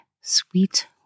sweet